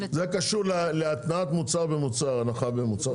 זה קשור להתניית מוצר במוצר, הנחה במוצר.